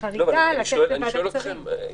חריגה לתת לוועדת --- אבל אני שואל אתכם,